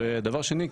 דבר שני,